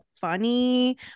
funny